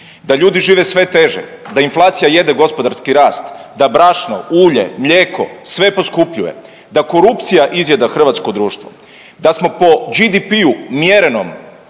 da ljudi žive sve teže, da inflacija jede gospodarski rast, da brašno, ulje, mlijeko sve poskupljuje, da korupcija izjeda hrvatsko društvo, da smo po GDP-u mjerenom